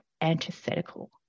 antithetical